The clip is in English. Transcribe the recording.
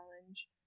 challenge